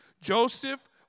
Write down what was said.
Joseph